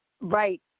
Right